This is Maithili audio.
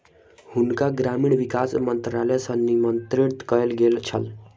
हुनका ग्रामीण विकास मंत्रालय सॅ निमंत्रित कयल गेल छल